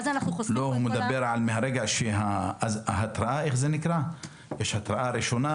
הוא מדבר מרגע שיש התרעה ראשונה,